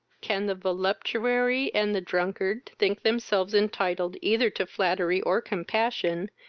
can the voluptuary and the drunkard think themselves entitled either to flattery or compassion,